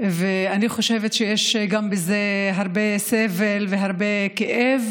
ואני חושבת שיש גם בזה הרבה סבל והרבה כאב,